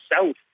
south